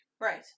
right